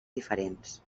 diferents